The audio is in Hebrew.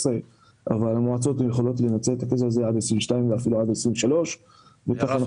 אבל המועצות יכלו לנצל את הכסף הזה עד 2022 ואפילו עד 2023. מה